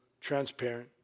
transparent